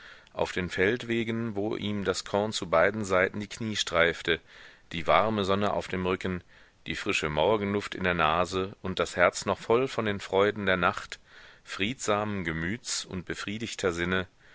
auf den feldwegen wo ihm das korn zu beiden seiten die knie streifte die warme sonne auf dem rücken die frische morgenluft in der nase und das herz noch voll von den freuden der nacht friedsamen gemüts und befriedigter sinne